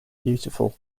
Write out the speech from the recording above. beautiful